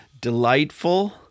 delightful